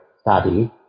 study